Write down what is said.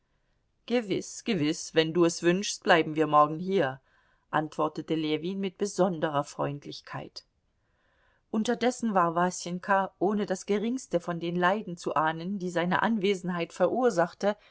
gewiß gewiß wenn du es wünschst bleiben wir morgen hier antwortete ljewin mit besonderer freundlichkeit unterdessen war wasenka ohne das geringste von den leiden zu ahnen die seine anwesenheit verursachte